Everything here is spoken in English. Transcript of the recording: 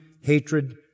hatred